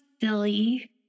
silly